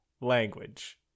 language